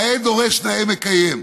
נאה דורש, נאה מקיים.